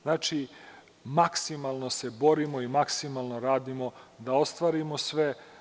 Znači, maksimalno se borimo i maksimalno radimo da ostvarimo sve.